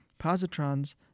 Positrons